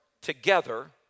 together